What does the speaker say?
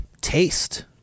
taste